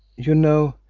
you know,